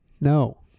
No